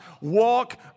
Walk